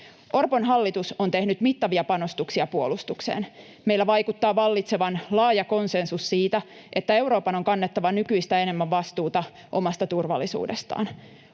Orpon hallitus on tehnyt mittavia panostuksia puolustukseen. Meillä vaikuttaa vallitsevan laaja konsensus siitä, että Euroopan on kannettava nykyistä enemmän vastuuta omasta turvallisuudestaan.